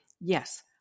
yes